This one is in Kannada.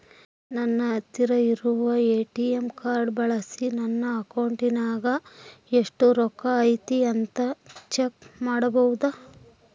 ನನ್ನ ಹತ್ತಿರ ಇರುವ ಎ.ಟಿ.ಎಂ ಕಾರ್ಡ್ ಬಳಿಸಿ ನನ್ನ ಅಕೌಂಟಿನಾಗ ಎಷ್ಟು ರೊಕ್ಕ ಐತಿ ಅಂತಾ ಚೆಕ್ ಮಾಡಬಹುದಾ?